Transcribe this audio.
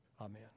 Amen